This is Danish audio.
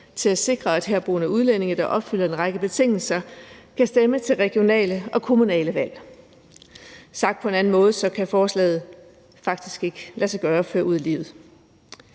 til at sikre, at herboende udlændinge, der opfylder en række betingelser, kan stemme til regionale og kommunale valg. Sagt på en anden måde kan forslaget faktisk ikke lade sig gøre at føre ud i livet.